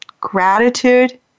gratitude